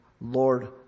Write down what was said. Lord